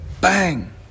Bang